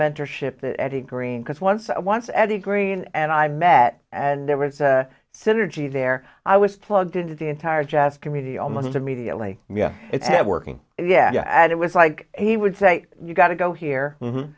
that eddie green because once i once eddie green and i met and there was a synergy there i was plugged into the entire jazz community almost immediately and working yeah and it was like he would say you gotta go here